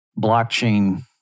blockchain